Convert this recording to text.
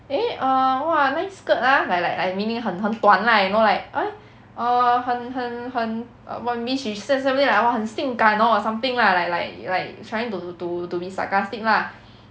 eh err !wah! nice skirt lah like like like meaning 很很短 lah you know like eh err 很很很 err what maybe she said something like !wah! 很性感喔 something lah like like like trying to to to be sarcastic lah